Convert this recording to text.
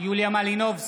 יוליה מלינובסקי,